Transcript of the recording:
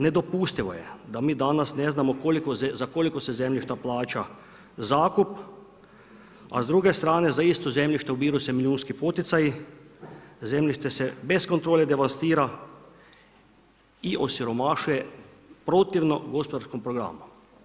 Nedopustivo je da mi danas ne znamo za koliko se zemljišta plaća zakup, a s druge strane za isto zemljište ubiru se milijunski poticaji, zemljište se bez kontrole devastira i osiromašuje protivno gospodarskom programu.